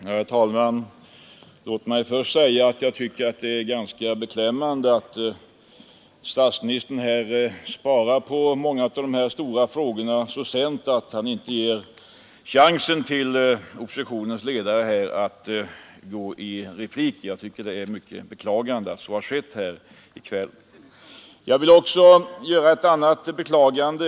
Herr talman! Låt mig först säga att jag tycker att det är beklämmande att statsministern svarar på många av de stora frågorna så sent att han inte ger oppositionens ledare chansen att gå i svaromål. Jag anser att det är mycket beklagligt att så har skett här i kväll. Jag vill också göra ett annat beklagande.